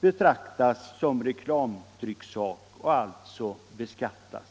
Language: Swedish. betraktas som reklamtrycksak och alltså beskattas.